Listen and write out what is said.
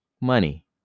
money